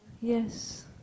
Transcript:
yes